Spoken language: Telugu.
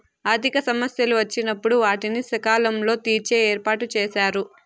ఆర్థిక సమస్యలు వచ్చినప్పుడు వాటిని సకాలంలో తీర్చే ఏర్పాటుచేశారు